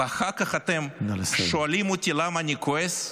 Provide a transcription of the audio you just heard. ואחר כך אתם שואלים אותי למה אני כועס.